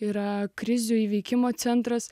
yra krizių įveikimo centras